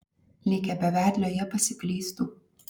likę be vedlio jie pasiklystų